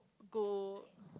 go